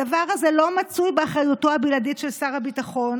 הדבר הזה לא מצוי באחריותו הבלעדית של שר הביטחון,